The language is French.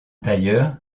d’ailleurs